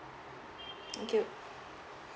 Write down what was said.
thank you